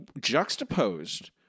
juxtaposed